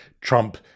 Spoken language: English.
Trump